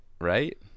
Right